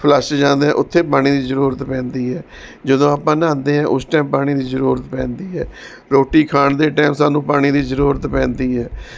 flush 'ਚ ਜਾਂਦੇ ਹਾਂ ਉੱਥੇ ਪਾਣੀ ਦੀ ਜ਼ਰੂਰਤ ਪੈਂਦੀ ਹੈ ਜਦੋਂ ਆਪਾਂ ਨਹਾਉਂਦੇ ਹਾਂ ਉਸ ਟਾਈਮ ਪਾਣੀ ਦੀ ਜ਼ਰੂਰਤ ਪੈਂਦੀ ਹੈ ਰੋਟੀ ਖਾਣ ਦੇ ਟਾਈਮ ਸਾਨੂੰ ਪਾਣੀ ਦੀ ਜ਼ਰੂਰਤ ਪੈਂਦੀ ਹੈ